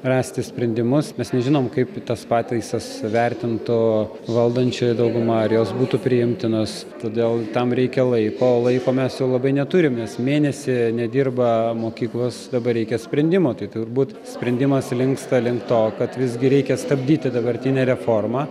rasti sprendimus mes nežinom kaip tas pataisas vertintų valdančioji dauguma ar jos būtų priimtinos todėl tam reikia laiko laiko mes jau labai neturim nes mėnesį nedirba mokyklos dabar reikia sprendimo tai turbūt sprendimas linksta link to kad visgi reikia stabdyti dabartinę reformą